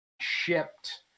shipped